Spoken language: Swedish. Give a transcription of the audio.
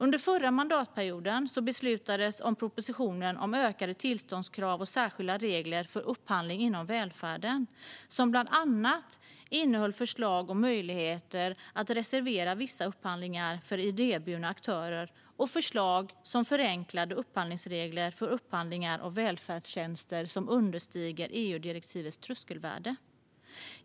Under förra mandatperioden beslutades om propositionen Ökade tillståndskrav och särskilda regler för upphandling inom välfärden , som bland annat innehöll förslag om möjligheter att reservera vissa upphandlingar för idéburna aktörer och förslag om förenklade upphandlingsregler för upphandling av välfärdstjänster som understiger EU-direktivets tröskelvärde.